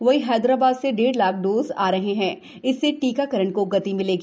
वहीं हैदराबाद से डेढ़ लाख डोज़ आ रहे हैं इससे टीकाकरण को गति मिलेगी